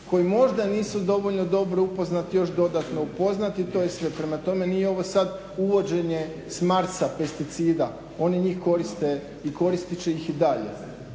koji možda nisu dovoljno dobro upoznati još dodatno upoznati. To je sve. Prema tome, nije ovo sada uvođenje sada s Marsa pesticida, oni njih koriste i koristiti će ih i dalje.